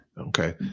Okay